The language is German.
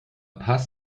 paz